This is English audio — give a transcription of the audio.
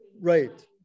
Right